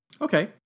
Okay